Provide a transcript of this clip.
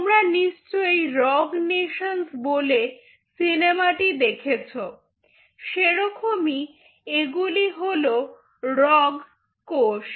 তোমরা নিশ্চয়ই rogue nations বলে সিনেমাটি দেখেছো সেইরকমই এগুলি হল রগ্ কোষ